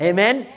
Amen